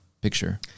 picture